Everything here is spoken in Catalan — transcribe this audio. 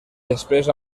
després